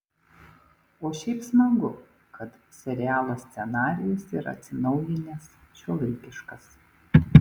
o šiaip smagu kad serialo scenarijus yra atsinaujinęs šiuolaikiškas